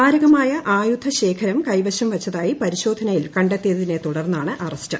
മാരകമായ ആയുധശേഖരം കൈവശം വച്ചതായി പരിശോധനയിൽ കണ്ടെത്തിയതിനെ തുടർന്നാണ് അറസ്റ്റ്